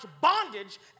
bondage